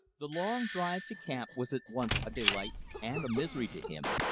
the long drive to camp was at once a delight and a misery to him.